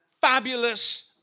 fabulous